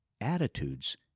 attitudes